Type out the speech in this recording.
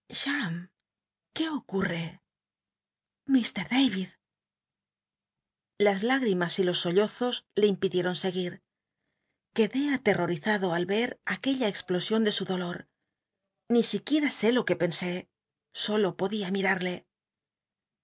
qué ocu nc mr david las lágl'imas y los sollozos le impidieron seguir quedé aterrorizado al ver aquella cxplosion de n dolor ni siquiera sé lo que pensé solo podia